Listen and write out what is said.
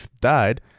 died